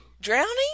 Drowning